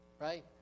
right